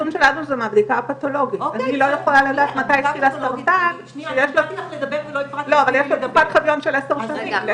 פרופסור תניר אלוייס, התייחסות שלך בבקשה.